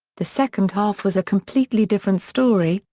the second half was a completely different story,